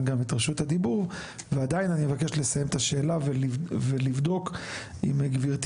גם את רשות הדיבור ועדיין אני מבקש לסיים את השאלה ולבדוק עם גבירתי